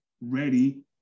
ready